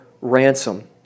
ransom